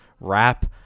rap